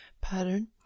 pattern